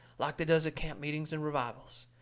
like they does at camp meetings and revivals.